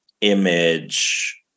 image